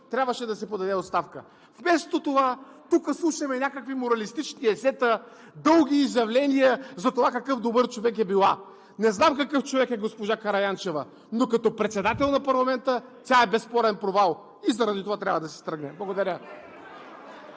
трябваше да си подаде оставката. Вместо това, тук слушаме някакви моралистични есета, дълги изявления за това какъв добър човек е била. Не знам какъв човек е госпожа Караянчева, но като председател на парламента тя е безспорен провал и затова трябва си тръгне. Благодаря.